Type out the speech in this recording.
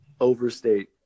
overstate